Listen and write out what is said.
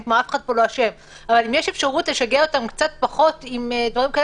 אם יש אפשרות לשגע אותם קצת פחות עם דברים כאלה